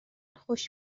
خوش